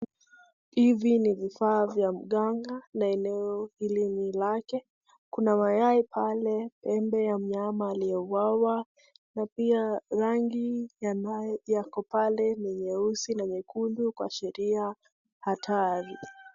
Hivi ni vifaa vya mganga na eneo hili ni lake, kuna mayai pale, pembe ya mnyama aliye uwawa na pia rangi ambayo yako pale ni nyeusi na nyekundu kuashiria hatari.